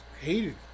hated